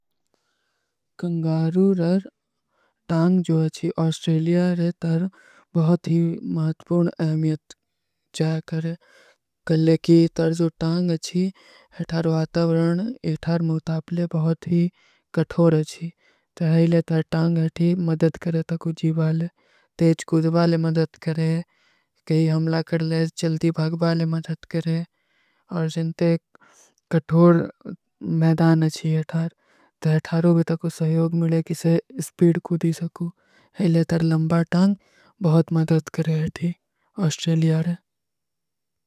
କଂଗାରୂର ଟାଂଗ ଜୋ ଆଶ୍ଟ୍ରେଲିଯା ରେ ତର ବହୁତ ହୀ ମହତ୍ପୂନ ଏହମିଯତ ଚାଯ କରେଂ। କଲେ କୀ ତର ଜୋ ଟାଂଗ ଅଚ୍ଛୀ ହୈ ଥାର ଵାତଵରଣ ଇଥାର ମୁଥାପଲେ ବହୁତ ହୀ କଠୋର ଅଚ୍ଛୀ। ତର ହେଲେ ତର ଟାଂଗ ଅଚ୍ଛୀ ମଦଦ କରେଂ ତକୁଜୀ ବାଲେ। ତେଜ କୁଜୀ ବାଲେ ମଦଦ କରେଂ। କହୀ ହମଲା କର ଲେ ଜଲ୍ଦୀ ଭାଗ ବାଲେ ମଦଦ କରେଂ। ଔର ଜିନ ତେ କଠୋର ମୈଧାନ ଅଚ୍ଛୀ ହୈ ଥାର ତର ଥାରୋଂ ଭୀ ତକ ସହଯୋଗ ମିଲେ କିସେ ସ୍ପୀଡ କୁଜୀ ସକୂ। ହେଲେ ତର ଲଂବା ଟାଂଗ ବହୁତ ମଦଦ କରେଂ ଥୀ ଅଶ୍ଟ୍ରେଲିଯା ରେ।